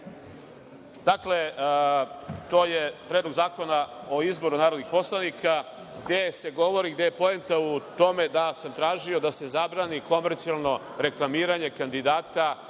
sekund. Dakle, to je Predlog zakona o izboru narodnih poslanika, gde se govori, gde je poenta u tome da sam tražio da se zabrani komercijalno reklamiranje kandidata,